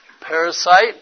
parasite